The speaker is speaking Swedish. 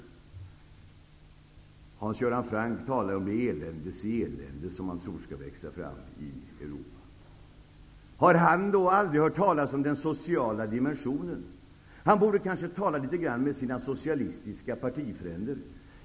Hans Göran Franck talar om det eländes elände som han tror skall växa fram i Europa. Har han aldrig hört talas om den sociala dimensionen? Han borde kanske tala litet grand med sina socialistiska partifränder.